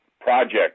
project